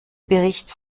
bericht